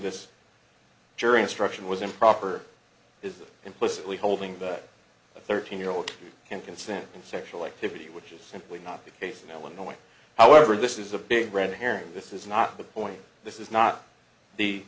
this jury instruction was improper is that implicitly holding a thirteen year old can consent in sexual activity which is simply not the case now in no way however this is a big red herring this is not the point this is not the